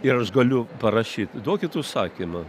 ir aš galiu parašyt duokit užsakymą